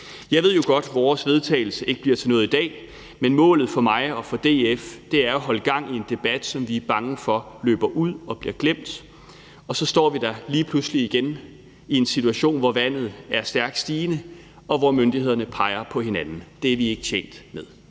Jeg ved jo godt, at vores forslag til vedtagelse ikke bliver til noget i dag, men målet for mig og DF er at holde gang i en debat, som vi er bange for løber ud og bliver glemt, og så står vi der lige pludselig igen i en situation, hvor vandet er stærkt stigende, og hvor myndighederne peger på hinanden. Det er vi ikke tjent med.